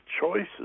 choices